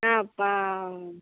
ஆ பா